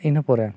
ᱤᱱᱟᱹ ᱯᱚᱨᱮ